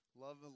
Love